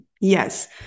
Yes